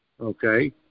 Okay